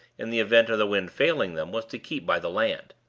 in the event of the wind failing them, was to keep by the land.